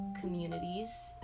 communities